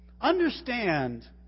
Understand